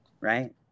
right